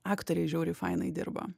aktoriai žiauriai fainai dirba